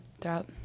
throughout